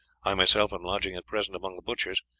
i myself am lodging at present among the butchers.